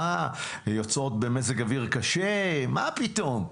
יוצאות במזג אוויר קשה מה פתאום.